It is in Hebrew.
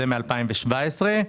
זה מ-2017,